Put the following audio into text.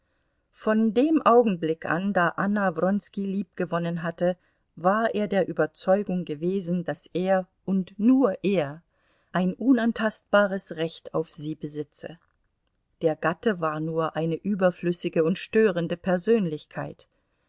von dem augenblick an da anna wronski lieb gewonnen hatte war er der überzeugung gewesen daß er und nur er ein unantastbares recht auf sie besitze der gatte war nur eine überflüssige und störende persönlichkeit